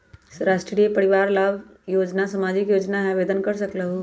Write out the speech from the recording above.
राष्ट्रीय परिवार लाभ योजना सामाजिक योजना है आवेदन कर सकलहु?